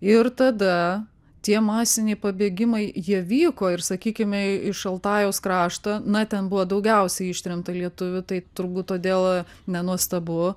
ir tada tie masiniai pabėgimai jie vyko ir sakykime iš altajaus krašto na ten buvo daugiausiai ištremta lietuvių tai turbūt todėl nenuostabu